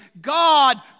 God